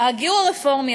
הגיור הרפורמי,